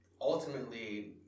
ultimately